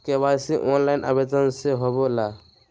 KYC online आवेदन से होवे ला?